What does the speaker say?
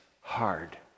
hard